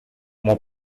more